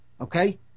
Okay